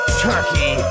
turkey